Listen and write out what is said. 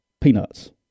peanuts